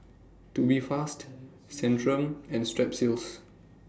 Tubifast Centrum and Strepsils